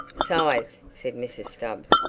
size, said mrs. stubbs.